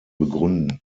begründen